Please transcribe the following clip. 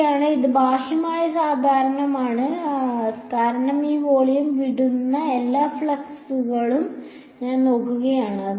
ശരിയാണ് ഇത് ബാഹ്യമായ സാധാരണമാണ് കാരണം ഈ വോളിയം വിടുന്ന എല്ലാ ഫ്ലക്സുകളും ഞാൻ നോക്കുകയാണ്